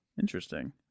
Interesting